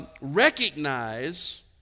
recognize